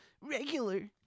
regular